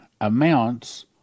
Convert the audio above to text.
amounts